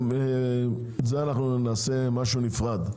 את זה אנחנו נעשה כמשהו נפרד,